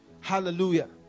Hallelujah